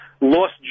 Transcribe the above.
lost